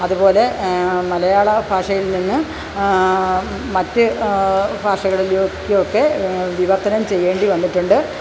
അതുപോലെ മലയാള ഭാഷയില് നിന്ന് മറ്റു ഭാഷകളിലുമൊക്കെ വിവര്ത്തനം ചെയ്യേണ്ടി വന്നിട്ടുണ്ട്